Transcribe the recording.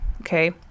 Okay